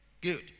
Good